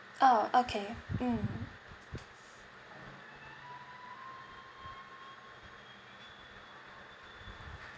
oh okay mm